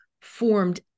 formed